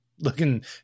looking